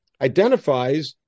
identifies